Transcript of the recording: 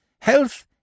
Health—